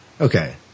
okay